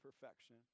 perfection